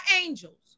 angels